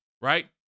right